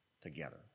together